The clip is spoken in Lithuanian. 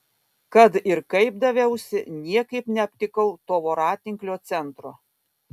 kad ir kaip daviausi niekaip neaptikau to voratinklio centro